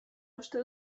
uste